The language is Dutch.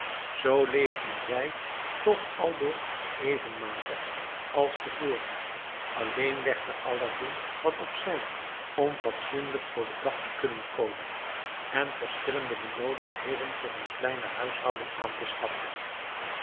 zoo leefden zij toch aldoor even matig als te voren alleen legde aladdin wat op zij om fatsoenlijk voor den dag te kunnen komen en verschillende benoodigdheden voor hun kleine huishouding aan te schaffen